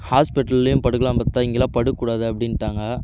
ஹாஸ்பிட்டல்லேயும் படுக்கலாம்னு பார்த்தா இங்கேலாம் படுக்கக்கூடாது அப்படின்ட்டாங்க